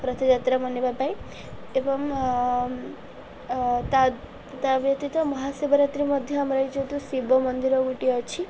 ରଥଯାତ୍ରା ମନେଇବା ପାଇଁ ଏବଂ ତା ତା ବ୍ୟତୀତ ମହାଶିବରାତ୍ରି ମଧ୍ୟ ଆମର ଏ ଏଠି ଶିବ ମନ୍ଦିର ଗୋଟିଏ ଅଛି